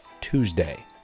Tuesday